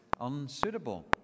unsuitable